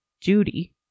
Judy